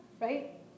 right